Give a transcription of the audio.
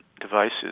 devices